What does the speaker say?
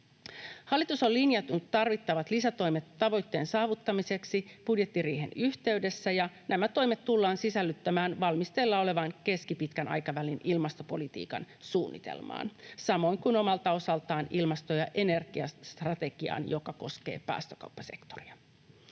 Hallitus on linjannut tarvittavat lisätoimet tavoitteen saavuttamiseksi budjettiriihen yhteydessä, ja nämä toimet tullaan sisällyttämään valmisteilla olevaan keskipitkän aikavälin ilmastopolitiikan suunnitelmaan, samoin kuin omalta osaltaan ilmasto- ja energiastrategiaan, joka koskee päästökauppasektoria.